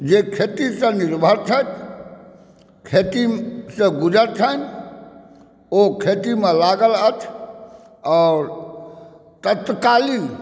जे खेतीसँ निर्भर छथि खेतीसँ गुजर छनि ओ खेतीमे लागल अछि आओर तत्कालीन